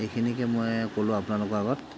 এইখিনিকে মই কলোঁ আপোনালোকৰ আগত